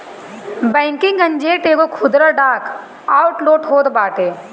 banking agent एगो खुदरा डाक आउटलेट होत बाटे